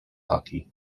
hockey